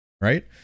right